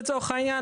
לצורך העניין,